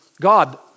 God